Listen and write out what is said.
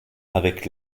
avec